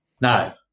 No